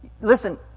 Listen